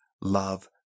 love